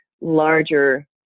larger